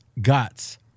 guts